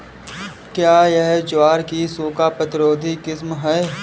क्या यह ज्वार की सूखा प्रतिरोधी किस्म है?